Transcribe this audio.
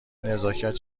نزاکت